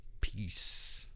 Peace